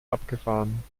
abgefahren